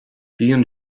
bíonn